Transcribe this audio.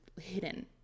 hidden